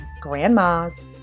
grandmas